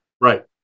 Right